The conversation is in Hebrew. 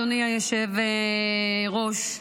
אדוני היושב-ראש,